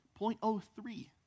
0.03